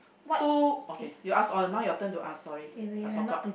two okay you ask oh now your turn to ask sorry I forgot